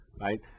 right